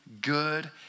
good